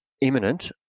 imminent